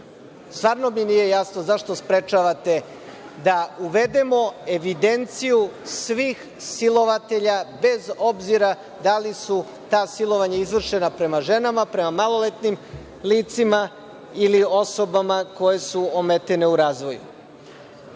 način. Stvarno mi nije jasno zašto sprečavate da uvedemo evidenciju svih silovatelja, bez obzira da li su ta silovanja izvršena prema ženama, prema maloletnim licima ili osobama koje su ometene u razvoju. Šta